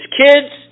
kids